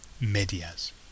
medias